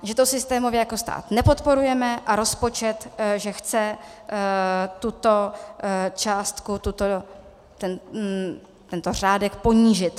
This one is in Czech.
Že to systémově jako stát nepodporujeme a rozpočet že chce tuto částku, tento řádek, ponížit.